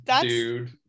dude